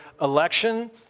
Election